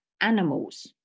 animals